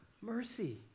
Mercy